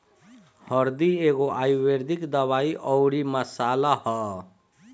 हरदी एगो आयुर्वेदिक दवाई अउरी मसाला हअ